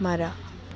ಮರ